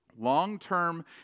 Long-term